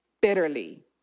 bitterly